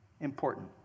important